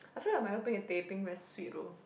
I feel like milo peng and teh peng very sweet though